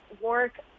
work